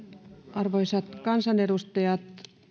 arvoisat kansanedustajat